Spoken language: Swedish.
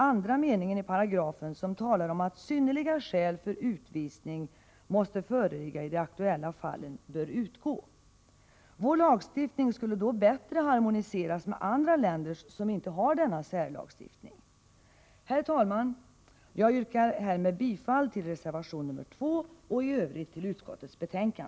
Andra meningen i paragrafen, som talar om att synnerliga skäl för utvisning måste föreligga i de aktuella fallen, bör utgå. Vår lagstiftning skulle då bättre harmonieras med andra länders som inte har denna särlagstiftning. Herr talman! Jag yrkar härmed bifall till reservation 2 och i övrigt till utskottets hemställan.